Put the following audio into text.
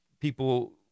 people